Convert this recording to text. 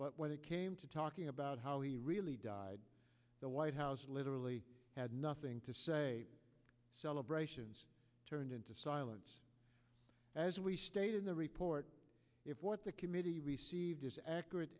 but when it came to talking about how he really died the white house literally had nothing to say celebrations turned into silence as we state in the report if what the committee received is accurate